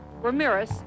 Ramirez